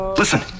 Listen